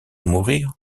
mourir